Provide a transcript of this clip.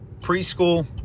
preschool